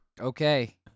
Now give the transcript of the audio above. Okay